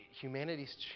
Humanity's